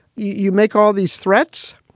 you make all these threats.